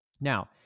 Now